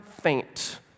faint